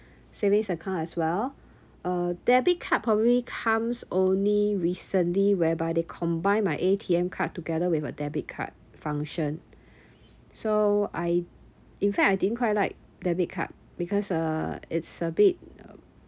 savings account as well uh debit card probably comes only recently whereby they combined my A_T_M card together with a debit card function so I in fact I didn't quite like debit card because uh it's a bit um